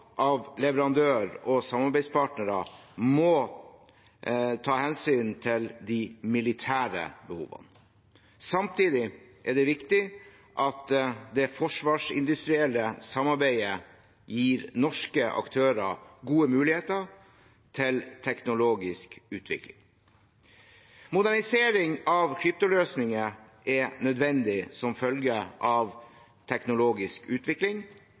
av leverandør og samarbeidspartnere må ta hensyn til de militære behovene. Samtidig er det viktig at det forsvarsindustrielle samarbeidet gir norske aktører gode muligheter til teknologisk utvikling. Modernisering av kryptoløsninger er nødvendig som følge av teknologisk utvikling